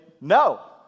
no